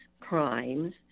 crimes